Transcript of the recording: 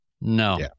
No